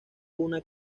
una